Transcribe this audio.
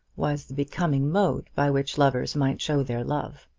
was the becoming mode by which lovers might show their love.